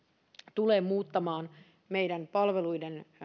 tulee muuttamaan meidän palveluiden